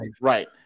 Right